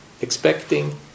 expecting